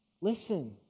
listen